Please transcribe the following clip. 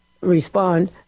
respond